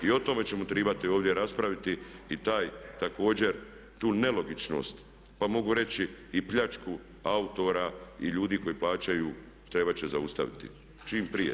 I o tome ćemo trebati ovdje raspraviti i taj također, tu nelogičnost, pa mogu reći i pljačku autora i ljudi koji plaćaju trebati će zaustaviti čim prije.